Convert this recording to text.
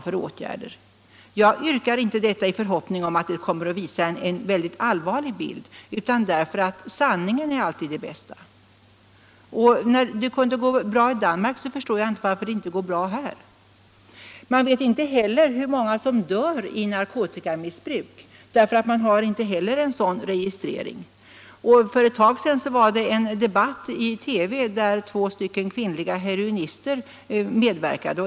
Jag yrkar inte att vi skall försöka få en sådan statistik i förhoppning om att den skulle visa en väldigt allvarlig bild, utan därför att vi skall få fram sanningen. Jag förstår inte varför det inte skulle kunna gå bra att få fram en sådan statistik här, när det kunde gå bra i Danmark. Vi vet dessutom inte hur många som dör av narkotikamissbruk, eftersom vi inte heller har någon sådan registrering. För ett tag sedan var det en debatt i TV där två kvinnliga heroinister medverkade.